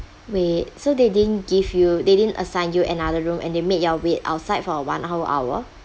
wait so they didn't give you they didn't assign you another room and they make you all wait outside for one whole hour